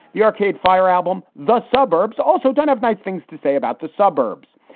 the arcade fire album, the suburbs also don't have nice things to say about the suburbs.